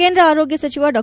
ಕೇಂದ್ರ ಆರೋಗ್ಯ ಸಚಿವ ಡಾ